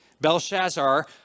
Belshazzar